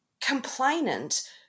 complainant